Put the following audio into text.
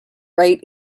rate